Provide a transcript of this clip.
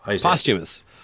Posthumous